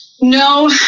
No